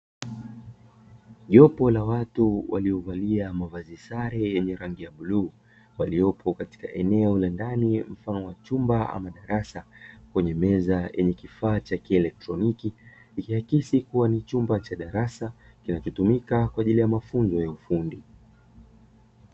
Jopo la watu waliovalia mavazi sare lenye rangi ya bluu waliopo katika eneo la ndani mfano wa chumba ama darasa kwenye meza yenye kifaa cha kielekroniki, ikiakisi kuwa ni chumba cha darasa kinachotumika kwa ajili ya mafunzo ya ufundi.